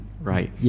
right